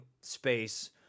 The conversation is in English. space